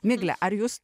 migle ar jūs